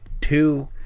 two